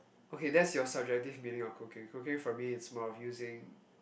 okay that's your subjective meaning of cooking cooking for me is more of using